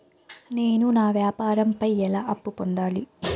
నేను నా వ్యాపారం పై ఎలా అప్పు పొందాలి?